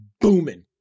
booming